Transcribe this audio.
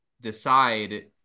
decide